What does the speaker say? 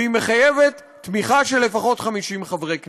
והיא מחייבת תמיכה של לפחות 50 חברי כנסת.